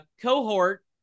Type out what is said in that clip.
cohort